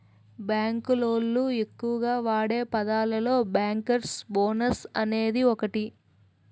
bank లోళ్ళు ఎక్కువగా వాడే పదాలలో బ్యేంకర్స్ బోనస్ అనేది ఒకటి